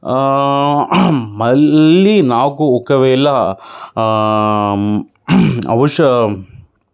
మళ్ళీ నాకు ఒకవేళ అవసరం